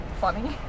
funny